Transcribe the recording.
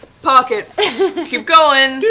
pocket. keep going.